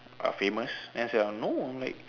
uh famous then I say no like